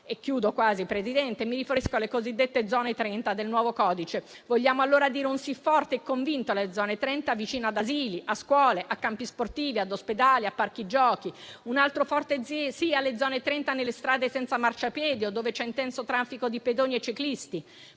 (e chiudo quasi, Presidente). Mi riferisco alle cosiddette Zone 30 del nuovo codice. Vogliamo allora dire un sì forte e convinto alle Zone 30 vicine ad asili, scuole, campi sportivi, ospedali, parchi giochi; un altro forte sì alle Zone 30 nelle strade senza marciapiedi o dove c'è intenso traffico di pedoni e ciclisti.